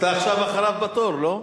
אתה עכשיו אחריו בתור, לא?